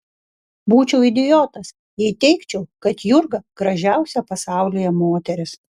būčiau idiotas jei teigčiau kad jurga gražiausia pasaulyje moteris